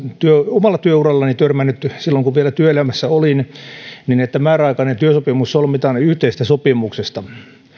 omalla työurallani törmännyt silloin kun vielä työelämässä olin on se että määräaikainen työsopimus solmitaan yhteisestä sopimuksesta